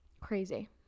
crazy